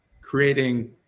creating